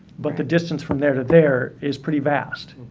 but the distance from there to there is pretty vast.